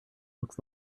looks